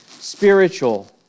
spiritual